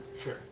Sure